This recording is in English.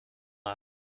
luck